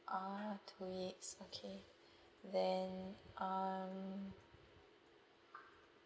oh two weeks okay then um